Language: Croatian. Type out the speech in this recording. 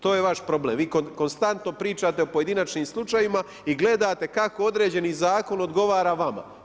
To je vaš problem, vi konstantno pričate o pojedinačnim slučajevima i gledate kako određeni zakon odgovara vama.